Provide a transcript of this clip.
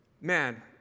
Man